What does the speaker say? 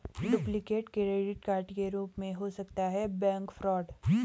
duplicate credit card के रूप में हो सकता है बैंक फ्रॉड